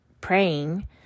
praying